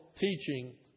teaching